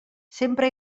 sempre